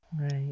right